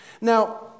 Now